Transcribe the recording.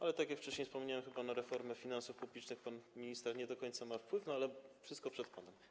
Ale tak jak wcześniej wspomniałem, chyba na reformę finansów publicznych pan minister nie do końca ma wpływ, no ale wszystko przed panem.